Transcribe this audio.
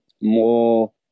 more